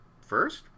first